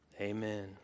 Amen